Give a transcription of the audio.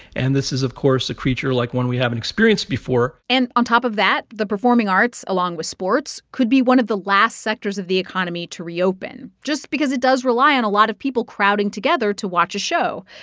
and this is, of course, a creature like one we haven't experienced before and on top of that, the performing arts, along with sports, could be one of the last sectors of the economy to reopen just because it does rely on a lot of people crowding together to watch a show.